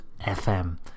fm